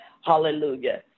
Hallelujah